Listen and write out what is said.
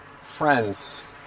friends